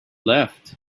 left